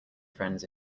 friends